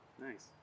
nice